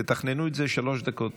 תתכננו את זה, שלוש דקות.